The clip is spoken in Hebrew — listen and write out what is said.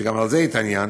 גם בזה התעניינת,